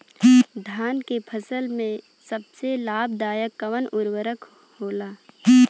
धान के फसल में सबसे लाभ दायक कवन उर्वरक होला?